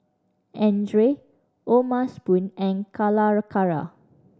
Andre O'ma Spoon and Calacara